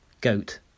Goat